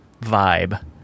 vibe